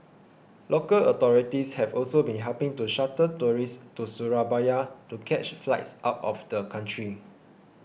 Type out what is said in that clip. local authorities have also been helping to shuttle tourists to Surabaya to catch flights out of the country